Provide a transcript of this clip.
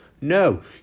No